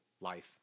life